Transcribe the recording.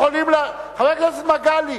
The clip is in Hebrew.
חבר הכנסת מגלי,